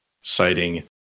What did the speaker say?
citing